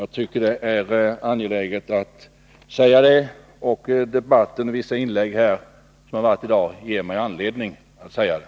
Jag tycker det är angeläget att säga detta, och vissa inlägg i debatten i dag ger mig anledning till det.